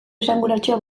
esanguratsua